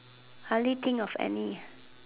hardly think of any